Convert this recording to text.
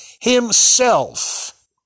himself